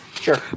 Sure